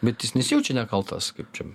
bet jis nesijaučia nekaltas kaip čia